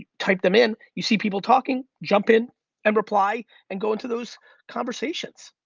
type them in, you see people talking, jump in and reply and go into those conversations.